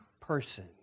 person